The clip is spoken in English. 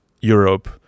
Europe